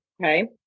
Okay